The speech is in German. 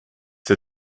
der